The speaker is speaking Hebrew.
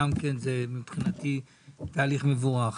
גם זה מבחינתי תהליך מבורך.